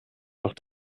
doch